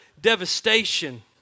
devastation